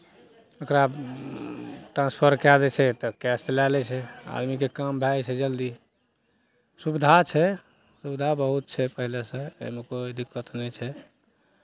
ओकरा ट्रांसफर कए दै छै तऽ कैश तऽ लए लै छै आदमीके काम भए जाइ छै जल्दी सुविधा छै सुविधा बहुत छै पहिलेसँ एहिमे कोइ दिक्कत नहि छै